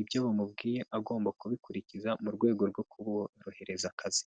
ibyo bamubwiye agomba kubikurikiza mu rwego rwo kuborohereza akazi.